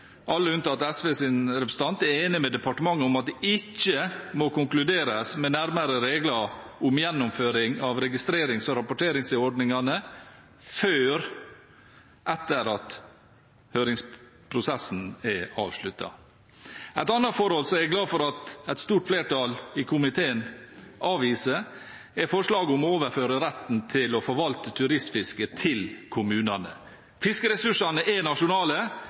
alle unntatt SVs representant, er enig med departementet i at det ikke må konkluderes med nærmere regler om gjennomføring av registrerings- og rapporteringsordningene før etter at høringsprosessen er avsluttet. Noe annet som jeg er glad for at et stort flertall i komiteen avviser, er forslaget om å overføre retten til å forvalte turistfiske til kommunene. Fiskeressursene er nasjonale